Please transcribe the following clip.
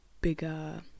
bigger